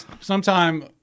Sometime